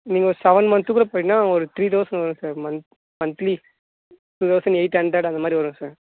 நீங்கள் செவன் மந்த்துக்குள்ளே போட்டீங்கன்னால் ஒரு த்ரீ தௌசண்ட் வரும் sir month monthly two thousand eight hundred அந்த மாதிரி வரும் சார்